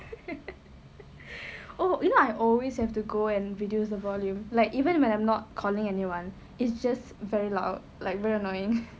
oh you know I always have to go and reduce the volume like even when I'm not calling anyone it's just very loud like very annoying